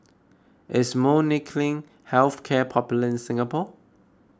is Molnylcke Health Care popular in Singapore